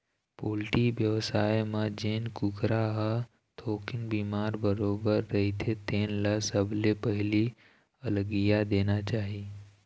poultry बेवसाय म जेन कुकरा ह थोकिन बिमार बरोबर रहिथे तेन ल सबले पहिली अलगिया देना चाही